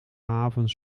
havens